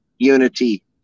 unity